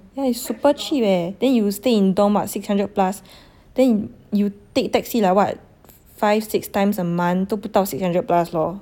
yeah it's super cheap eh then you stay in dorm what six hundred plus then you take taxi like what five six times a month 都不到 six hundred plus lor